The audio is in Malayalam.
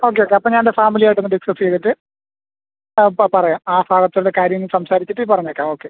ഓക്കെ ഓക്കെ അപ്പോൾ ഞാൻ എൻ്റെ ഫാമിലിയായിട്ടൊന്ന് ഡിസ്കസ് ചെയ്തിട്ട് പറയാം ആ സ്ഥലത്തിൻ്റെ കാര്യം സംസാരിച്ചിട്ട് പറഞ്ഞേക്കാം ഓക്കെ